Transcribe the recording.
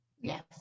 Yes